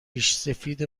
ریشسفید